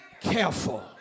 careful